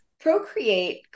procreate